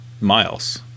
Miles